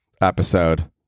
episode